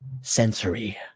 sensory